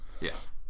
Yes